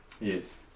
Yes